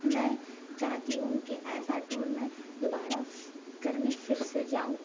میں چاہتی ہوں کہ ایز آ ٹور میں دوبارہ کرنے پھر سے جاؤں